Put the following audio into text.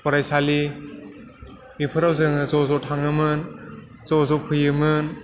फरायसालि बेफोराव जोङो ज'ज' थाङोमोन ज'ज' फैयोमोन